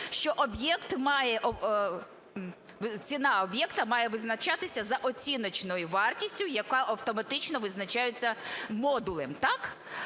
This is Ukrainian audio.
ціна об'єкта має визначатися за оціночною вартістю, яка автоматично визначається модулем. Так?